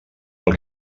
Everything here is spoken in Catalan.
pel